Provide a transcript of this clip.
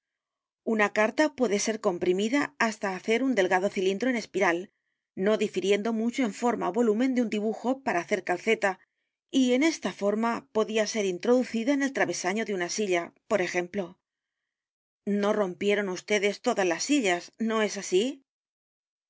una carta puede ser comprimida hasta hacer un delgado cilindro en espiral no difiriendo mucho en forma ó volumen de un dibujo para hacer calceta y en esta forma podía ser introducida en el travesano de una silla por ejemplo no rompieron vds todas las sillas no es así